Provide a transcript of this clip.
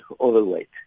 overweight